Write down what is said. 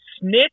snitch